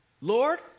Lord